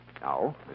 Now